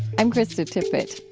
i'm krista tippett.